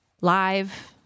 live